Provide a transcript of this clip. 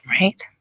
Right